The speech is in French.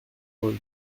vingt